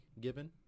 given